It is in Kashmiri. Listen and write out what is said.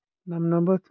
نَمہٕ نَمَتھ